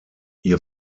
ihr